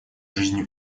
жизнью